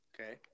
Okay